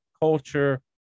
culture